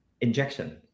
injection